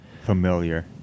familiar